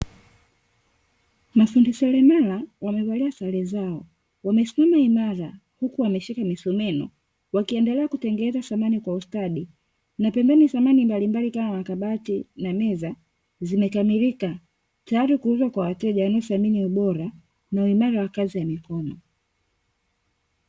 Mafundi seremala wamevalia sare zao wamesimama imara huku wameshika msimeno wakindelea kutengeneza thamani kwa ustadi na pembeni thamani mbali mbali kama makabati na meza zimekamilika tayari kuuzwa kwa wateja wanaothamini ubora na uimara wa kazi ya mikono.